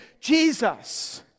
Jesus